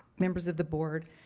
members of the board,